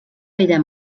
vella